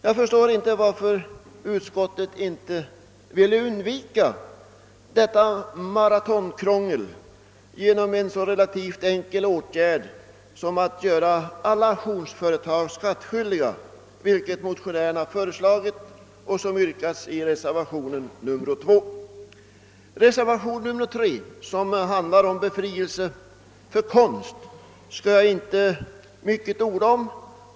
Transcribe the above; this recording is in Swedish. Jag förstår inte varför utskottet inte velat undvika detta maratonkrångel genom att vidta en så relativt enkel åtgärd som att göra alla auktionsföretag skattskyldiga, vilket föreslagits av motionärerna och yrkats i reservationen 2. Reservationen 3, som handlar om befrielse från mervärdeskatt för konst, skall jag inte orda mycket om.